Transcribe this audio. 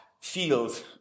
feels